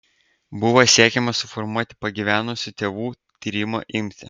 buvo siekiama suformuoti pagyvenusių tėvų tyrimo imtį